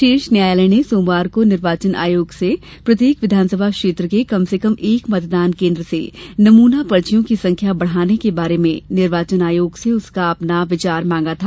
शीर्ष न्यायालय ने सोमवार को निर्वाचन आयोग से प्रत्येक विधानसभा क्षेत्र के कम से एक मतदान केन्द्र से नमूना पर्चियों की संख्या बढ़ाने के बारे में निर्वाचन आयोग से उसका अपना विचार मांगा था